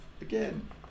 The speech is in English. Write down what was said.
again